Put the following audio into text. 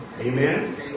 Amen